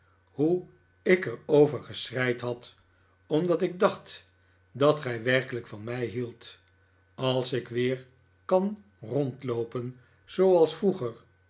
hoe ik er over geschreid had omdat ik dacht dat gij werkelijk van mij hieldt als ik weer kan rondloopen zooals vroeger